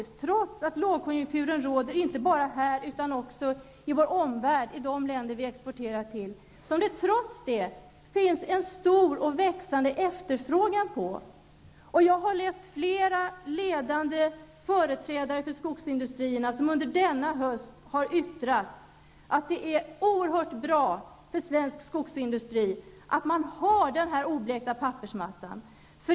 Trots att lågkonjunkturen råder inte bara här utan i vår omvärld och i de länder som vi exporterar till, finns det en stor och växande efterfråga på oblekt pappersmassa. Jag har läst att flera ledande företrädare för skogsindustrin har yttrat att det är oerhört bra för svensk skogsindustri att man har oblekt pappersmassa.